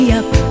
up